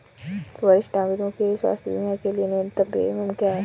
वरिष्ठ नागरिकों के स्वास्थ्य बीमा के लिए न्यूनतम प्रीमियम क्या है?